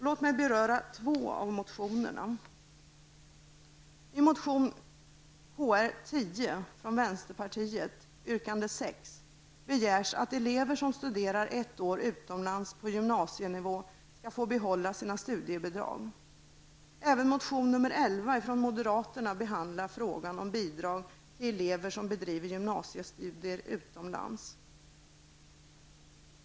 Låt mig beröra två av motionerna. Även motion Kr11 från moderaterna behandlar frågan om bidrag till elever som bedriver gymnasiestudier utomlands.